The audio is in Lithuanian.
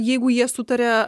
jeigu jie sutaria